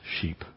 sheep